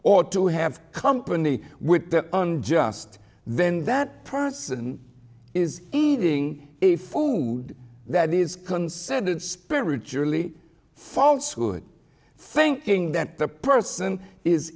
or to have company with the unjust then that person is eating a food that is considered spiritually false good thinking that the person is